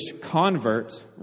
convert